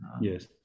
Yes